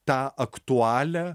tą aktualią